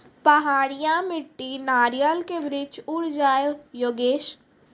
पहाड़िया मिट्टी नारियल के वृक्ष उड़ जाय योगेश?